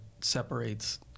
separates